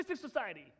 society